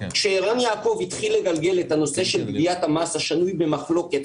כשערן יעקב התחיל לגלגל את הנושא של גביית המס השנוי במחלוקת